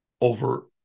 Over